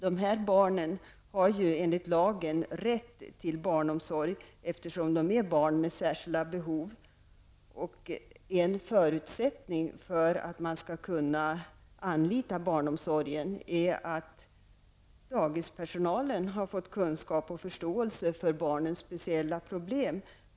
De här barnen har enligt lagen rätt till barnomsorg, eftersom de är barn med särskilda behov. En förutsättning för att man skall kunna anlita barnomsorgen är att dagispersonalen har fått kunskap om och förståelse för barnens speciella problem.